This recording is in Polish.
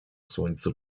słońcu